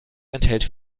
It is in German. enthält